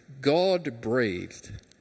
God-breathed